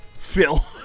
Phil